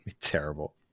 Terrible